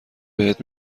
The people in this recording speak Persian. بهت